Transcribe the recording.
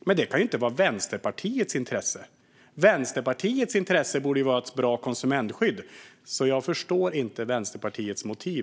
Men detta kan inte vara Vänsterpartiets intresse. Vänsterpartiets intresse borde vara ett bra konsumentskydd. Jag förstår inte Vänsterpartiets motiv.